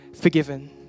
forgiven